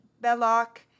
Belloc